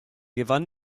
gewann